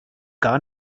gar